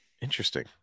interesting